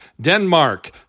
Denmark